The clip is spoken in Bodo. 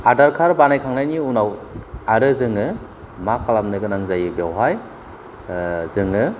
आधार कार्ड बानायखांनायनि उनाव आरो जोङो मा खालामनो गोनां जायो बेयावहाय जोङो